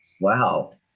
Wow